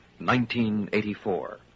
1984